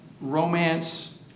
romance